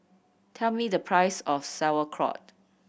tell me the price of Sauerkraut